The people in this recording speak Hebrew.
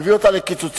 מביא אותה לקיצוצים,